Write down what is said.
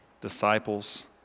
disciples